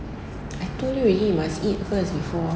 I told you he must eat first before